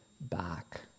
back